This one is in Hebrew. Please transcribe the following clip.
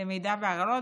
למידע בהרעלות,